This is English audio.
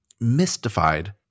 mystified